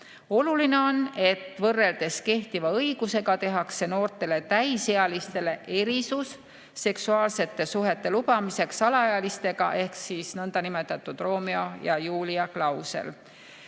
Oluline on, et võrreldes kehtiva õigusega tehakse noortele täisealistele erisus seksuaalsete suhete lubamiseks alaealistega ehk nõndanimetatud Romeo ja Julia klausel.